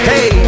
Hey